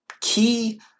key